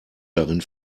darin